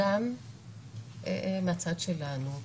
כולל הצד שלנו,